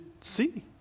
see